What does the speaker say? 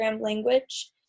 language